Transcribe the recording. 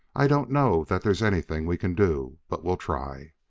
i don't know that there's anything we can do, but we'll try.